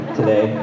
today